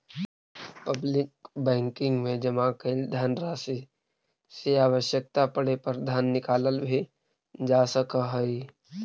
public banking में जमा कैल धनराशि से आवश्यकता पड़े पर धन निकालल भी जा सकऽ हइ